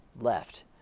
left